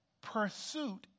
Pursuit